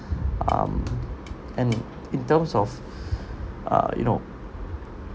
um and it in terms of uh you know